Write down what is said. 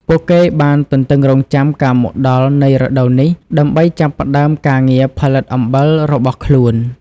ពួកគេបានទន្ទឹងរង់ចាំការមកដល់នៃរដូវនេះដើម្បីចាប់ផ្ដើមការងារផលិតអំបិលរបស់ខ្លួន។